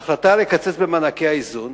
ההחלטה לקצץ במענקי האיזון,